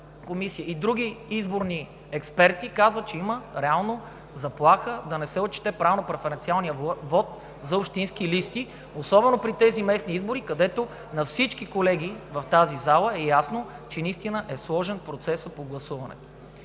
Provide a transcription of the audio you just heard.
и други изборни експерти, че има реална заплаха да не се отчете правилно преференциалният вот за общински листи, особено при тези местни избори, където на всички колеги в тази зала е ясно, че наистина е сложен процесът по гласуването.